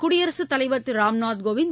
குடியரசுத் தலைவர் திரு ராம்நாத் கோவிந்த்